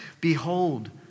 Behold